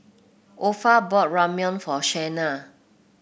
Opha bought Ramyeon for Shayna